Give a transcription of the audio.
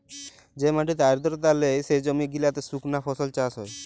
যে মাটিতে আদ্রতা লেই, সে জমি গিলাতে সুকনা ফসল চাষ হ্যয়